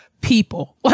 people